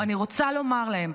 אני רוצה לומר להם: